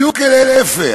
בדיוק להפך,